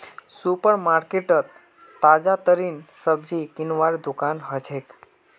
super market ताजातरीन सब्जी किनवार दुकान हछेक